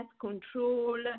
control